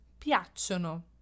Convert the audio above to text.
piacciono